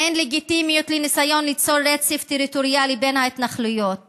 אין לגיטימיות לניסיון ליצור רצף טריטוריאלי בין ההתנחלויות